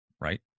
right